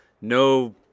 no